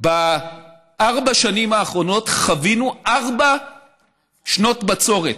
בארבע השנים האחרונות חווינו ארבע שנות בצורת.